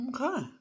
Okay